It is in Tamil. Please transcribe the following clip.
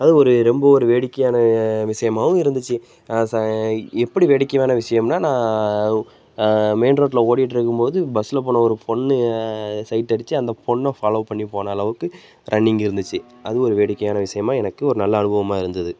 அதாவது ஒரு ரொம்ப ஒரு வேடிக்கையான விஷயமாகவும் இருந்துச்சு ச எப்படி வேடிக்கையான விஷயம்னால் நான் மெயின் ரோட்டில ஓடிகிட்ருக்கம்போது பஸ்ல போன ஒரு பொண்ணு சைட் அடித்து அந்த பொண்ணை ஃபாலோ பண்ணி போன அளவுக்கு ரன்னிங் இருந்துச்சு அதுவும் ஒரு வேடிக்கையான விஷயமாக எனக்கு ஒரு நல்ல அனுபவமாக இருந்தது